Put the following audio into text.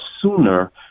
sooner